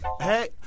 Hey